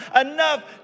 enough